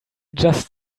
just